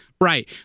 right